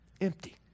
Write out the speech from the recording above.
empty